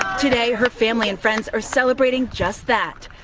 today her family and friends are celebrating just that.